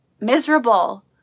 miserable